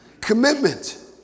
Commitment